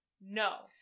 No